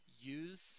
Use